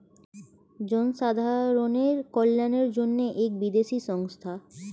জনসাধারণের কল্যাণের জন্য এক বিদেশি সংস্থা